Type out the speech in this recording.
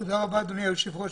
תודה רבה אדוני היושב ראש.